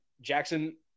Jackson